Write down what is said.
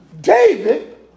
David